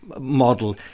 model